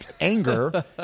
anger